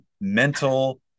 mental